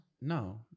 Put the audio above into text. No